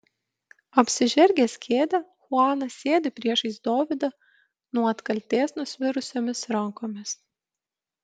apsižergęs kėdę chuanas sėdi priešais dovydą nuo atkaltės nusvirusiomis rankomis